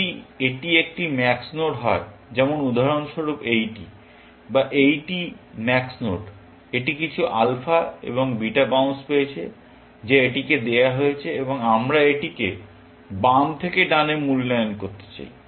যদি এটি একটি ম্যাক্স নোড হয় যেমন উদাহরণস্বরূপ এইটি বা এইটি ম্যাক্স নোড এটি কিছু আলফা এবং বিটা বাউন্স পেয়েছে যা এটিকে দেওয়া হয়েছে এবং আমরা এটিকে বাম থেকে ডানে মূল্যায়ন করতে চাই